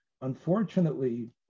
unfortunately